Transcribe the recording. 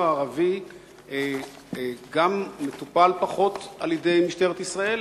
הערבי גם מטופל פחות על-ידי משטרת ישראל